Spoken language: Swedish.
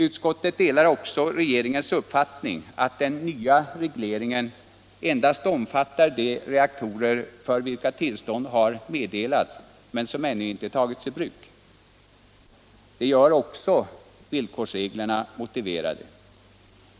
Utskottet delar också regeringens uppfattning att den nya regleringen endast omfattar de reaktorer för vilka tillstånd har meddelats men som ännu inte tagits i bruk. Detta gör också villkorsreglerna motiverade.